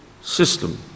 system